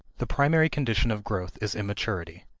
the primary condition of growth is immaturity.